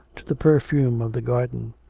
to the perfume of the garden,